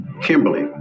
Kimberly